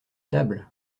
table